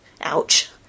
ouch